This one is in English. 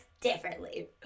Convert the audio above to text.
differently